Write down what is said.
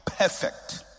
perfect